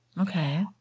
Okay